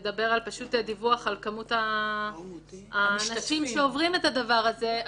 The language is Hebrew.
צריך לדבר על דיווח על מספר האנשים שעוברים את הדבר הזה.